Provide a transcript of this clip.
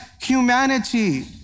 Humanity